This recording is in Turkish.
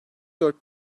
dört